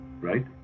right